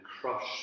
crush